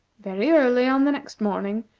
very early on the next morning,